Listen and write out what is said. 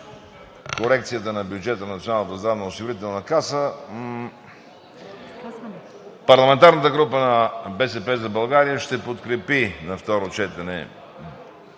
корекцията на бюджета на Националната здравноосигурителна каса. Парламентарната група на „БСП за България“ ще подкрепи на второ четене